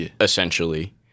essentially